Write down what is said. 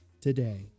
today